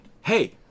hey